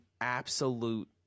absolute